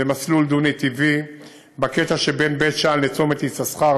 ומסלול דו-נתיבי בקטע שבין בית שאן לצומת יששכר,